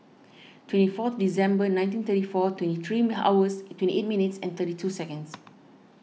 twenty fourth December nineteen thirty four twenty three hours twenty eight minutes and thirty two seconds